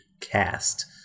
Cast